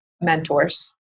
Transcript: mentors